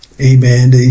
amen